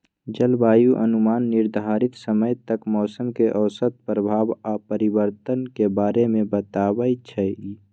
जलवायु अनुमान निर्धारित समय तक मौसम के औसत प्रभाव आऽ परिवर्तन के बारे में बतबइ छइ